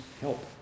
help